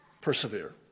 persevere